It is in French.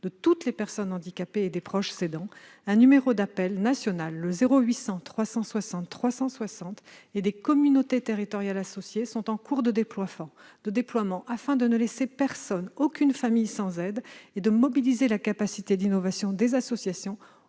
de toutes les personnes handicapées et des proches aidants, un numéro d'appel national, le 0 800 360 360, et des communautés territoriales associées sont en cours de déploiement. Ce dispositif permettra de ne laisser personne, aucune famille, sans aide et de mobiliser la capacité d'innovation des associations